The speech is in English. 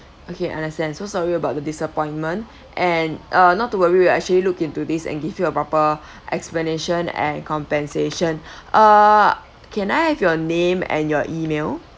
okay understand so sorry about the disappointment and uh not to worry we'll actually look into this and give you a proper explanation and compensation uh can I have your name and your email